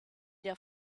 der